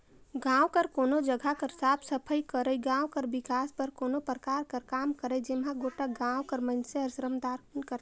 गाँव कर कोनो जगहा कर साफ सफई करई, गाँव कर बिकास बर कोनो परकार कर काम करई जेम्हां गोटा गाँव कर मइनसे हर श्रमदान करथे